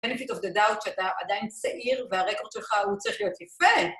בניפיט אוף דה דאוט שאתה עדיין צעיר והרקור שלך הוא צריך להיות יפה.